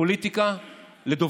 לפוליטיקה לדוברות.